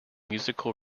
musical